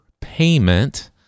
payment